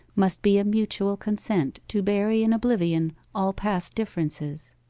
must be a mutual consent to bury in oblivion all past differences.